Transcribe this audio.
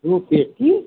दो पेटी